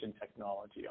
technology